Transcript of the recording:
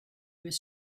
was